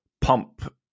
pump